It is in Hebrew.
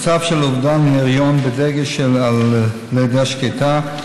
מצב של אובדן היריון, בדגש על לידה שקטה,